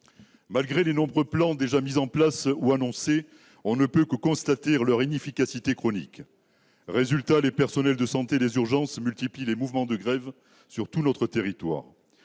Malgré les nombreux plans déjà mis en place ou annoncés, on ne peut que constater leur inefficacité chronique. Résultat : les personnels de santé des urgences multiplient les mouvements de grève sur tout notre territoire.